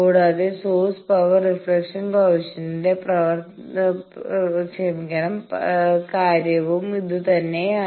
കൂടാതെ source power reflection കോയെഫിഷ്യന്റിന്റെപവർ reflection coefficient കാര്യവവും ഇതുതന്നെയാണ്